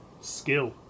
Skill